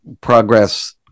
progress